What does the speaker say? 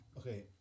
okay